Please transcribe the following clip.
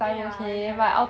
ya correct